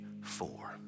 four